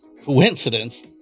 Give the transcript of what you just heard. coincidence